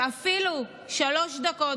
שאפילו שלוש דקות,